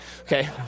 Okay